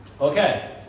okay